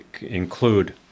include